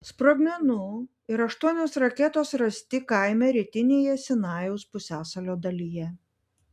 sprogmenų ir aštuonios raketos rasti kaime rytinėje sinajaus pusiasalio dalyje